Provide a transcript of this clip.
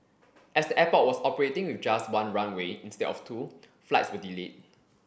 as the airport was operating with just one runway instead of two flights were delayed